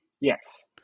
Yes